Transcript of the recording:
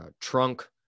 trunk